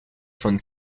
von